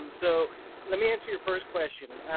um so let me answer your first question,